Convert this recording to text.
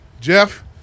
Jeff